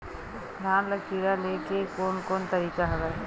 धान ल कीड़ा ले के कोन कोन तरीका हवय?